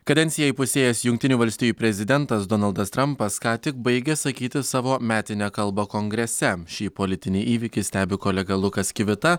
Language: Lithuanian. kadenciją įpusėjęs jungtinių valstijų prezidentas donaldas trampas ką tik baigė sakyti savo metinę kalbą kongrese šį politinį įvykį stebi kolega lukas kivita